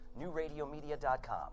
newradiomedia.com